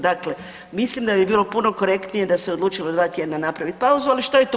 Dakle, mislim da bi bilo puno korektnije da se odlučilo 2 tjedna napraviti pauzu, ali što je tu.